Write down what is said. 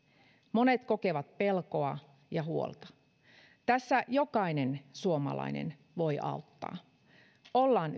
monet kokevat pelkoa ja huolta tässä jokainen suomalainen voi auttaa ollaan